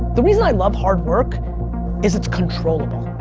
the reason i love hard work is it's controllable.